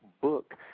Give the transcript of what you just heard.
book